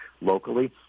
locally